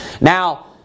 Now